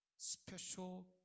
Special